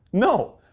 no.